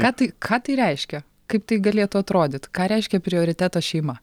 ką tai ką tai reiškia kaip tai galėtų atrodyt ką reiškia prioritetas šeima